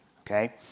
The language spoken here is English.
Okay